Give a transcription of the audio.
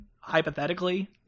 hypothetically